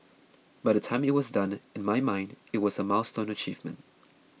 by the time it was done in my mind it was a milestone achievement